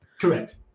Correct